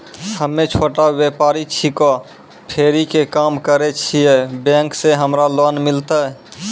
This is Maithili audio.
हम्मे छोटा व्यपारी छिकौं, फेरी के काम करे छियै, बैंक से हमरा लोन मिलतै?